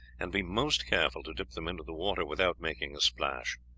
and be most careful to dip them into the water without making a splash.